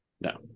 No